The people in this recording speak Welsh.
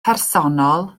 personol